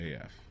AF